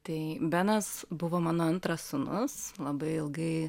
tai benas buvo mano antras sūnus labai ilgai